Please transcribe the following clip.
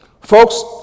Folks